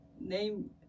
name